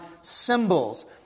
symbols